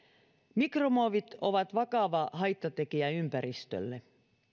mikromuovit ovat vakava haittatekijä ympäristölle